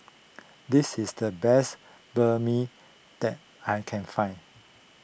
this is the best Banh Mi that I can find